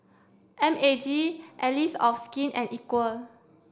M A G Allies of Skin and Equal